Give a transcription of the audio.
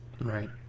Right